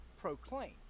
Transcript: proclaim